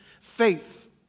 faith